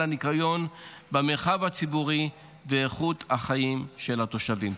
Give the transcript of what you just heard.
הניקיון במרחב הציבורי ועל איכות החיים של התושבים.